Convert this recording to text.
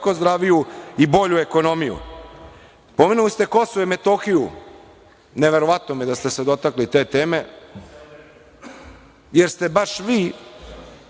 zdraviju i bolju ekonomiju. Pomenuli ste Kosovo i Metohiju. Neverovatno mi je da ste se dotakli te teme, jer ste baš vi